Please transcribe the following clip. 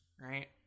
right